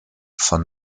von